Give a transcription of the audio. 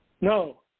No